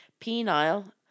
penile